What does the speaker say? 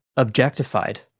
objectified